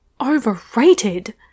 overrated